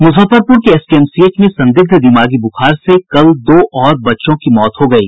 मुजफ्फरपुर के एसकेएमसीएच में संदिग्ध दिमागी बुखार से कल दो और बच्चों की मौत हो गयी